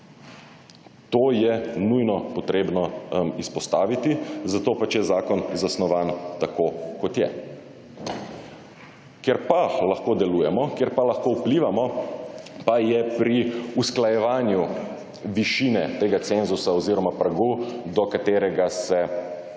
To je nujno potrebno izpostaviti. Zato pač je zakon zasnovan tako kot je. Kjer pa lahko delujemo, kjer pa lahko vplivamo, pa je pri usklajevanju višine tega cenzusa oziroma pragu, do katerega se izplačuje